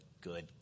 good